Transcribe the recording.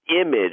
image